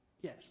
Yes